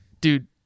dude